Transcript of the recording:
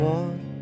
one